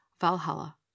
Valhalla